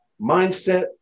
Mindset